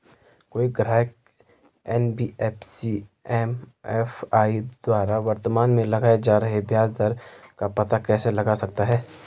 कोई ग्राहक NBFC MFI द्वारा वर्तमान में लगाए जा रहे ब्याज दर का पता कैसे लगा सकता है?